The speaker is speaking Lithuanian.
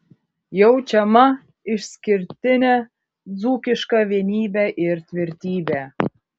jaučiama išskirtinė dzūkiška vienybė ir tvirtybė